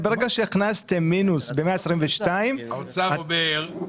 ברגע שהכנסתם מינוס בסעיף 122 --- האוצר אומר לנו: